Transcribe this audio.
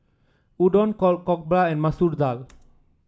Udon Jokbal and Masoor Dal